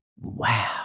Wow